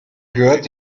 gehört